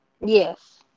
Yes